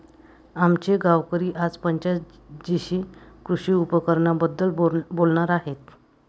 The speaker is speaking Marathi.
आमचे गावकरी आज पंचायत जीशी कृषी उपकरणांबद्दल बोलणार आहेत